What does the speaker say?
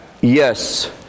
Yes